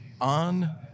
on